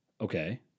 Okay